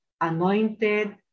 anointed